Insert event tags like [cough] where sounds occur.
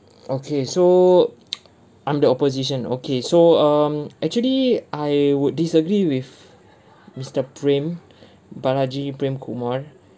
mm okay [noise] so under opposition okay so um actually I would disagree with mister prem [breath] balaji prem kumar